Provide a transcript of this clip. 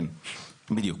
כן, בדיוק.